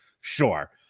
Sure